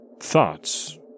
thoughts